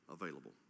available